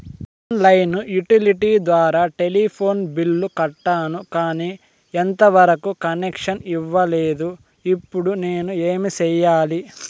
On line utility ద్వారా telephone bill కట్టాను, కానీ ఎంత వరకు కనెక్షన్ ఇవ్వలేదు, ఇప్పుడు నేను ఏమి సెయ్యాలి?